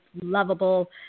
lovable